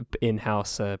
in-house